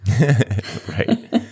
Right